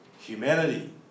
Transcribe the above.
humanity